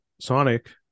Sonic